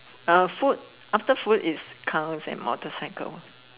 uh food after food is cars and motorcycle